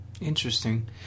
Interesting